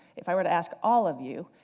if i were to ask all of you,